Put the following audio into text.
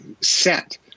set